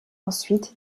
ensuite